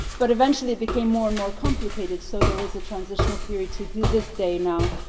but eventually it became more and more complicated. so there was a transitional period to to this day. now,